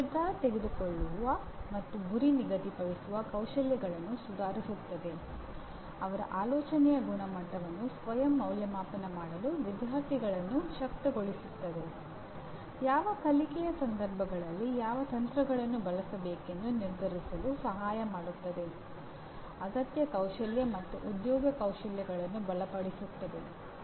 ಇದು ನಿರ್ಧಾರ ತೆಗೆದುಕೊಳ್ಳುವ ಮತ್ತು ಗುರಿ ನಿಗದಿಪಡಿಸುವ ಕೌಶಲ್ಯಗಳನ್ನು ಸುಧಾರಿಸುತ್ತದೆ ಅವರ ಆಲೋಚನೆಯ ಗುಣಮಟ್ಟವನ್ನು ಸ್ವಯಂ ಮೌಲ್ಯಮಾಪನ ಮಾಡಲು ವಿದ್ಯಾರ್ಥಿಗಳನ್ನು ಶಕ್ತಗೊಳಿಸುತ್ತದೆ ಯಾವ ಕಲಿಕೆಯ ಸಂದರ್ಭಗಳಲ್ಲಿ ಯಾವ ತಂತ್ರಗಳನ್ನು ಬಳಸಬೇಕೆಂದು ನಿರ್ಧರಿಸಲು ಸಹಾಯ ಮಾಡುತ್ತದೆ ಅಗತ್ಯ ಕೌಶಲ್ಯ ಮತ್ತು ಉದ್ಯೋಗ ಕೌಶಲ್ಯಗಳನ್ನು ಬಲಪಡಿಸುತ್ತದೆ